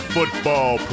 Football